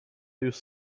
już